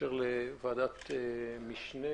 שמאפשר לוועדת משנה,